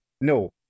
no